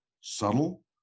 subtle